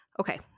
Okay